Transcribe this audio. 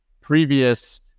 previous